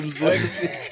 legacy